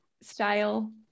style